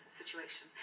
situation